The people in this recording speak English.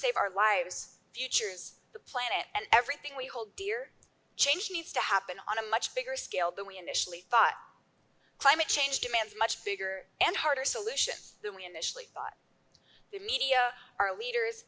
save our lives futures the planet and everything we hold dear change needs to happen on a much bigger scale than we initially thought climate change demands much bigger and harder solutions than we initially thought the media our leaders